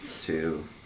Two